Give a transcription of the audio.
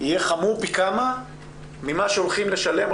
יהיה חמור פי כמה ממה שהולכים לשלם או